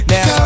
Now